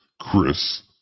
Chris